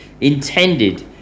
intended